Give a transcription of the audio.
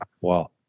Wow